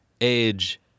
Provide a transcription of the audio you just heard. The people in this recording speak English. age